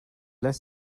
less